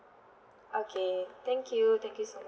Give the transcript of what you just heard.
okay thank you thank you so much